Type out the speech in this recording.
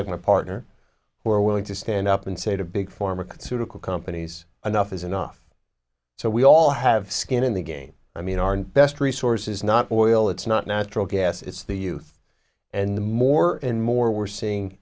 like my partner who are willing to stand up and say to big pharma to tickle companies anough is enough so we all have skin in the game i mean our best resource is not oil it's not natural gas it's the youth and more and more we're seeing